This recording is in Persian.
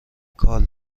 کال